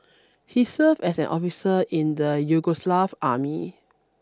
he served as an officer in the Yugoslav army